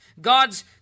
God's